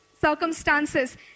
circumstances